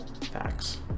Facts